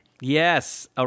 Yes